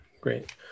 Great